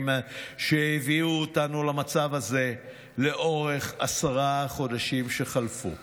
שהביאו אותנו למצב הזה לאורך עשרת החודשים שחלפו.